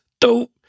Dope